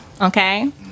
okay